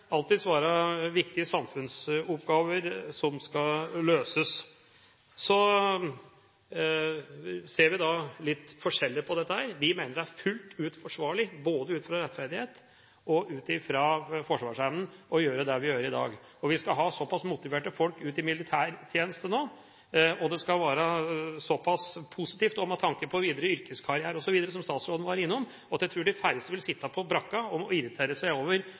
ut fra forsvarsevne å gjøre det vi gjør i dag. Vi skal ha så pass motiverte folk ut i militærtjeneste nå, og det skal være så pass positivt også med tanke på videre yrkeskarriere osv., som statsråden var innom, at jeg tror de færreste vil sitte på brakka og irritere seg over